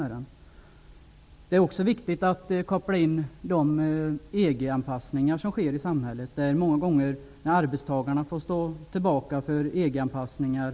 Det är också viktigt att koppla in EG anpassningarna i samhället, där arbetstagarna många gånger får stå tillbaka för EG-anpassningen.